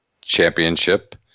Championship